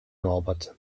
norbert